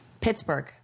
Pittsburgh